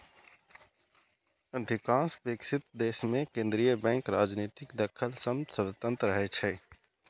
अधिकांश विकसित देश मे केंद्रीय बैंक राजनीतिक दखल सं स्वतंत्र रहै छै